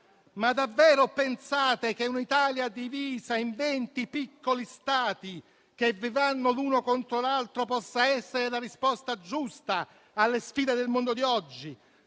Davvero pensate che un'Italia divisa in venti piccoli Stati, che vivranno l'uno contro l'altro, possa essere la risposta giusta alle sfide del mondo di oggi?